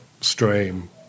stream